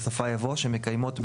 בסופה יבוא "שמקיימת,